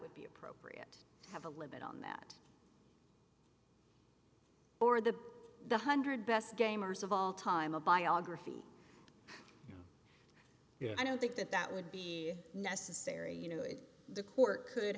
would be appropriate to have a limit on that or the the one hundred best gamers of all time a biography you know i don't think that that would be necessary you know if the court could